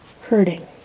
hurting